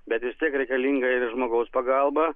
bet vis tiek reikalinga ir žmogaus pagalba